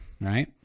right